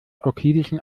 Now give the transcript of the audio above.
euklidischen